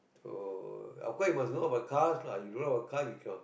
so of course you must know about cars lah if you don't know about cars you cannot